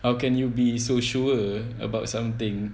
how can you be so sure about something